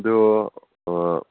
ꯑꯗꯨ ꯑꯥ